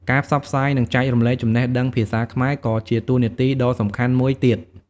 ការផ្សព្វផ្សាយ និងចែករំលែកចំណេះដឹងភាសាខ្មែរ ក៏ជាតួនាទីដ៏សំខាន់មួយទៀត។